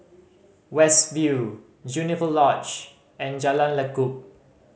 West View Juniper Lodge and Jalan Lekub